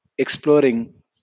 Exploring